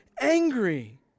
angry